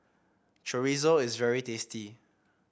Chorizo is very tasty